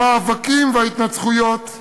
המאבקים וההתנצחויות,